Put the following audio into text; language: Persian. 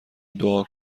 دعا